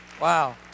Wow